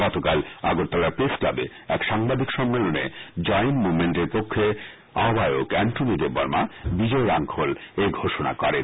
গতকাল আগরতলা প্রেস ক্লাবে এক সাংবাদিক সম্মেলনে জয়েন্ট মুভমেন্ট এর পক্ষে আহ্বায়ক অ্যান্টনি দেববর্মা বিজয় রাখ্বল এই ঘোষণা করেন